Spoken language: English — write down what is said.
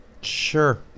sure